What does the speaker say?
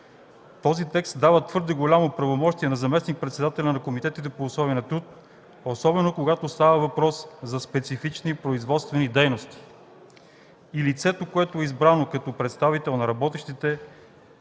Този текст дава твърде голямо правомощие на заместник-председателя на комитетите по условия на труд, особено когато става въпрос за специфични производствени дейности и лицето, което е избрано като представител на работещите,